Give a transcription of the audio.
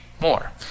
more